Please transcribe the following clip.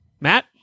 Matt